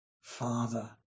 Father